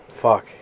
Fuck